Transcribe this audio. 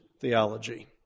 theology